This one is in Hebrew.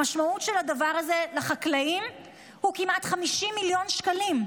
המשמעות של הדבר הזה לחקלאים היא כמעט 50 מיליון שקלים.